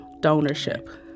donorship